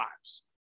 lives